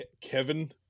Kevin